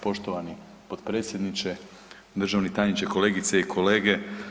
Poštovani potpredsjedniče, državni tajniče, kolegice i kolege.